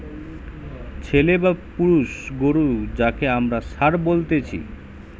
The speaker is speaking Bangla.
ছেলে বা পুরুষ গরু যাঁকে আমরা ষাঁড় বলতেছি